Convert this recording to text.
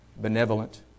benevolent